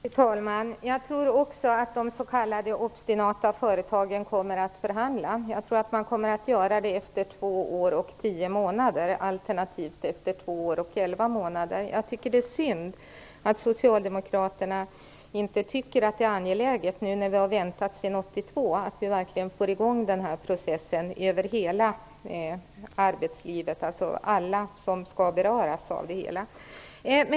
Fru talman! Jag tror också att de s.k. obstinata företagen kommer att förhandla. Jag tror att man kommer att göra det efter två år och tio månader, alternativt efter två år och elva månader. Det är synd att Socialdemokraterna inte tycker att det är angeläget, när vi nu har väntat sedan 1982, att få i gång den här processen inom hela arbetslivet, dvs. alla som skall beröras.